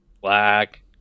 black